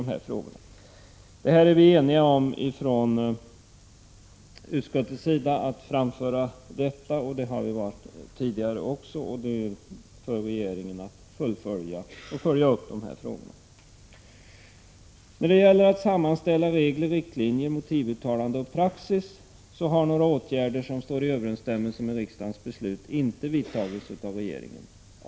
Vi är eniga inom utskottet, och det har vi varit tidigare också, att framföra att det är angeläget att regeringen följer upp de här frågorna. När det gäller att sammanställa regler och riktlinjer, motivuttalanden och praxis har några åtgärder som står i överensstämmelse med riksdagens beslut inte vidtagits av regeringen.